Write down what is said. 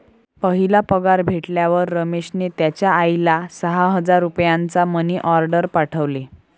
पहिला पगार भेटल्यावर रमेशने त्याचा आईला सहा हजार रुपयांचा मनी ओर्डेर पाठवले